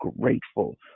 grateful